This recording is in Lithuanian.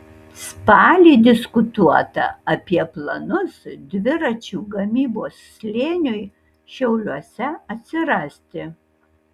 spalį diskutuota apie planus dviračių gamybos slėniui šiauliuose atsirasti